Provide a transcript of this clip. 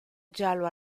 giallo